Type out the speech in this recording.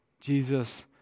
Jesus